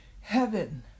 heaven